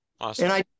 Awesome